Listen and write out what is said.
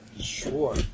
Sure